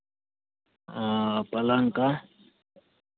हाँ पलंग का